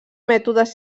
mètodes